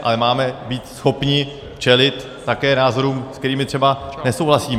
Ale máme být schopni čelit také názorům, se kterými třeba nesouhlasíme.